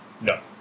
No